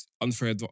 Unfair